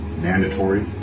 Mandatory